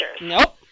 Nope